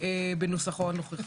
בנוסחו הנוכחי?